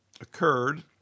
occurred